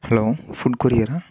hello food கொரியரா